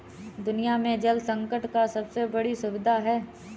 दुनिया में जल संकट का सबसे बड़ी दुविधा है